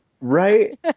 Right